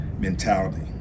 mentality